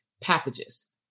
packages